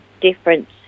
difference